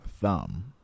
thumb